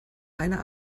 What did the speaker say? einer